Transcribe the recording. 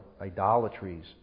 idolatries